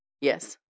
Yes